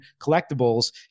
collectibles